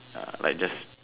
ya like just